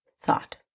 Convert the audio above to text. thought